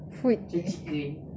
food eh